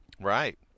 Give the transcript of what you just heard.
Right